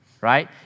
right